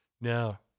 Now